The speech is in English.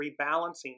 rebalancing